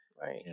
Right